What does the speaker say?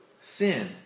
Sin